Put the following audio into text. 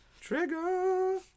Trigger